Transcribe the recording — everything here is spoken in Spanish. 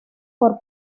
por